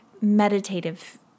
meditative